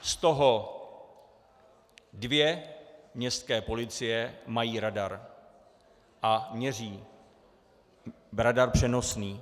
Z toho dvě městské policie mají radar a měří, radar přenosný.